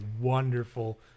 wonderful